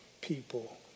people